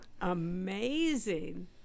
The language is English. amazing